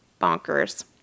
bonkers